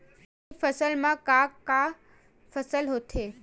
खरीफ फसल मा का का फसल होथे?